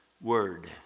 word